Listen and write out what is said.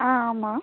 ஆ ஆமாம்